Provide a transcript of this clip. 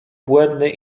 błędny